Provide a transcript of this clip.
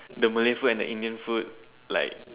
the Malay food and the Indian food like